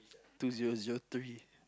two zero zero three